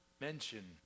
mention